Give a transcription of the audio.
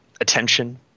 attention